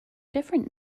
different